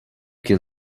can